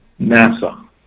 NASA